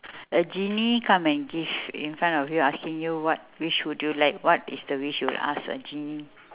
a genie come and give in front of you asking you what wish would you like what is the wish you'll ask a genie